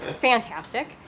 fantastic